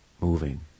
moving